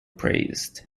praised